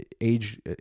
age